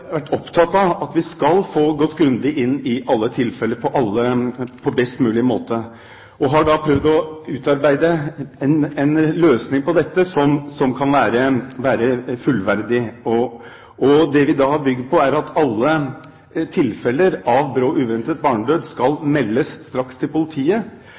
vært opptatt av at vi skal få gått grundig inn i alle tilfeller på best mulig måte, og har prøvd å utarbeide en løsning på dette som kan være fullverdig. Det vi har bygd dette på, er at alle tilfeller av brå og uventet barnedød skal meldes til politiet